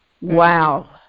wow